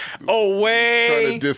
away